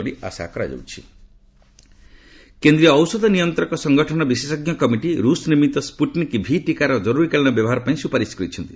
Sputnik V କେନ୍ଦ୍ରୀୟ ଔଷଧ ନିୟନ୍ତ୍ରକ ସଂଗଠକର ବିଶେଷଜ୍ଞ କମିଟି ରୁଷ ନିର୍ମିତ ସ୍କୁଟିନିକ୍ ଭି ଟିକାର ଜରୁରୀକାଳୀନ ବ୍ୟବହାର ପାଇଁ ସୁପାରିଶ କରିଛନ୍ତି